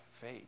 faith